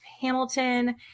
Hamilton